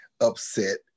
upset